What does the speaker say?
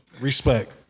Respect